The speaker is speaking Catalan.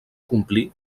complir